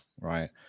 right